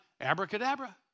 abracadabra